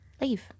leave